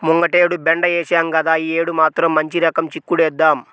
ముంగటేడు బెండ ఏశాం గదా, యీ యేడు మాత్రం మంచి రకం చిక్కుడేద్దాం